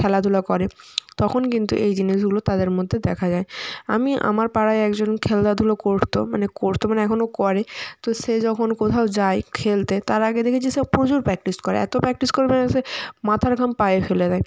খেলাধুলা করে তখন কিন্তু এই জিনিসগুলো তাদের মধ্যে দেখা যায় আমি আমার পাড়ায় একজন খেলাধুলো করত মানে করত মানে এখনও করে তো সে যখন কোথাও যায় খেলতে তার আগে দেখেছি সে প্রচুর প্র্যাকটিস করে এত প্র্যাকটিস করে মানে সে মাথার ঘাম পায়ে ফেলে দেয়